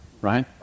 Right